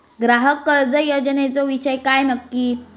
ग्राहक कर्ज योजनेचो विषय काय नक्की?